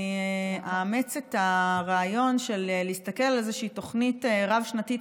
אאמץ את הרעיון של להסתכל על איזושהי תוכנית רב-שנתית